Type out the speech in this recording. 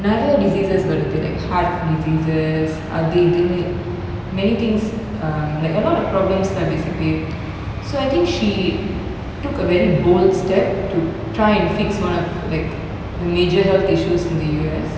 நெறய:neraya diseases வருது:varuthu like heart diseases அதுஇதுனு:adhu idhunu many things um like a lot of problems lah basically so I think she took a very bold step to try and fix one of like the major health issues in the U_S